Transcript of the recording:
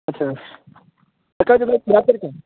अच्छा दहा तारीख आहे